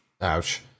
Ouch